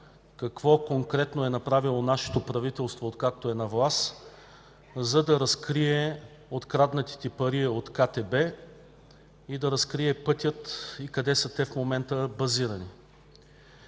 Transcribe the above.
какво конкретно е направило нашето правителство, откакто е на власт, за да разкрие откраднатите пари от КТБ и да разкрие пътя и къде са те базирани